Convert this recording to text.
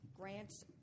grants